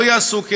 לא יעשו כן,